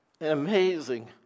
Amazing